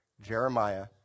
Jeremiah